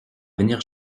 venir